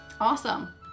Awesome